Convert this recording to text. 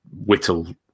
whittle